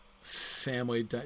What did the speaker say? family